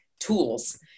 Tools